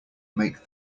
make